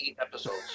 episodes